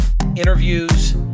interviews